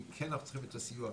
כי כן אנחנו צריכים את הסיוע,